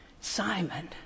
Simon